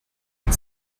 and